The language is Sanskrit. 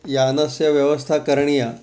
यानस्य व्यवस्था करणीया